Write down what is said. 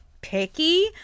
picky